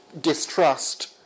distrust